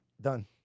Done